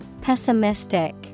Pessimistic